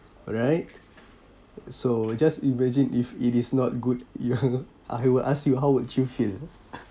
alright so just imagine if it is not good ya I will ask you how would you feel